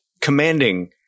commanding